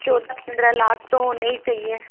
चौदह पंद्रह लाख तो होने ही चाहिए